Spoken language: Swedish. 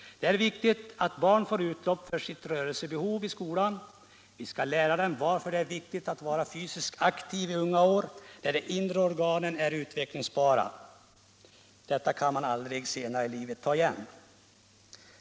Det är viktigt att barn får utlopp för sitt rörelsebehov i skolan. Vi skall lära dem varför det är viktigt att vara fysiskt aktiva i unga år när de inre organen är utvecklingsbara. Detta kan man aldrig senare i livet ta igen.